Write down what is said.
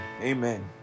Amen